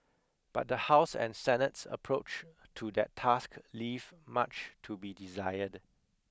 but the House and Senate's approach to that task leave much to be desired